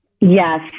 Yes